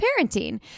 parenting